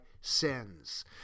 sins